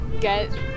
get